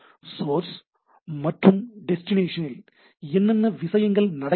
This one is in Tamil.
சோர்ஸ் மற்றும் டெஸ்டினேஷன் இல் என்னென்ன விஷயங்கள் நடக்கின்றன